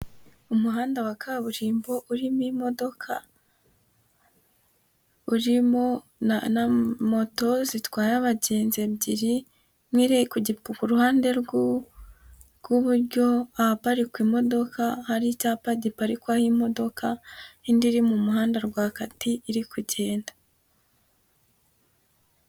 Umuhanda wa kaburimbo urimo imodoka, urimo na moto zitwaye abagenzi ebyiri. imwe iri ku ruhande rw'ububuryo ahaparikwa imodoka, hari icyapa giparikwaho imodoka indi iri mu muhanda rwa gati iri kugenda.